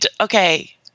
okay